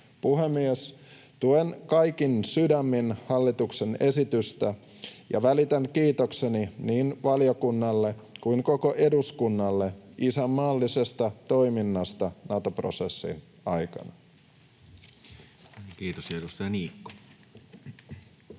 Puhemies! Tuen kaikin sydämin hallituksen esitystä, ja välitän kiitokseni niin valiokunnalle kuin koko eduskunnalle isänmaallisesta toiminnasta Nato-prosessin aikana. [Speech 91] Speaker: